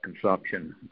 consumption